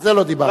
זה לא דיברתי.